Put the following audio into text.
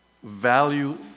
value